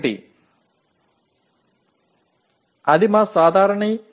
இது நம் இயல்பாக்குதல் செயல்முறை ஆகும்